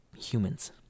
humans